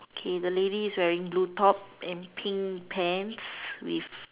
okay the lady is wearing blue top and pink pants with